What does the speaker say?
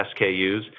SKUs